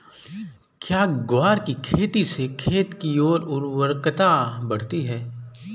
क्या ग्वार की खेती से खेत की ओर उर्वरकता बढ़ती है?